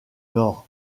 nord